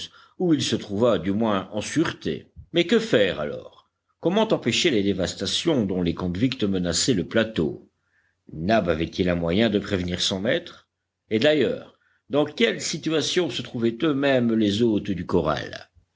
où il se trouva du moins en sûreté mais que faire alors comment empêcher les dévastations dont les convicts menaçaient le plateau nab avait-il un moyen de prévenir son maître et d'ailleurs dans quelle situation se trouvaient eux-mêmes les hôtes du corral